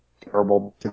terrible